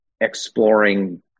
exploring